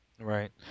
Right